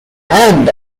and